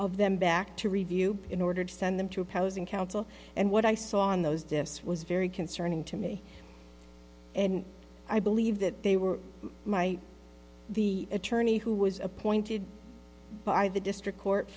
of them back to review in order to send them to opposing counsel and what i saw in those deaths was very concerning to me and i believe that they were my the attorney who was appointed by the district court